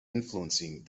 influencing